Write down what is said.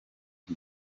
iki